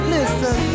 Listen